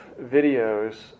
videos